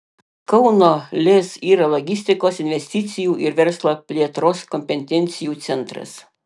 kauno lez yra logistikos investicijų ir verslo plėtros kompetencijų centras